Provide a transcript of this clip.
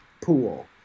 pool